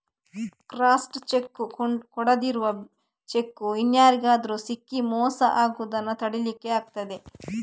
crossed cheque ಕೊಡುದರಿಂದ cheque ಇನ್ಯಾರಿಗಾದ್ರೂ ಸಿಕ್ಕಿ ಮೋಸ ಆಗುದನ್ನ ತಡೀಲಿಕ್ಕೆ ಆಗ್ತದೆ